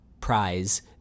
prize